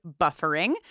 buffering